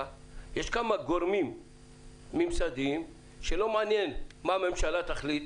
ישנם כמה גורמים ממסדיים שלא מעניין מה הממשלה תחליט,